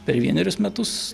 per vienerius metus